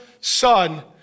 son